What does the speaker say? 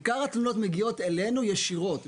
עיקר התלונות מגיעות אלינו ישירות.